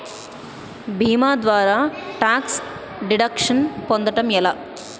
భీమా ద్వారా tax deduction పొందటం ఎలా?